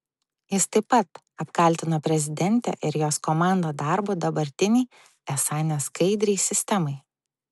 jis taip pat apkaltino prezidentę ir jos komandą darbu dabartinei esą neskaidriai sistemai